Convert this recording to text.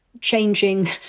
changing